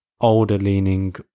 older-leaning